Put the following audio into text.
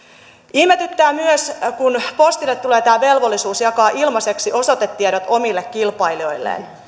ihmetyttää myös kun postille tulee velvollisuus jakaa ilmaiseksi osoitetiedot omille kilpailijoilleen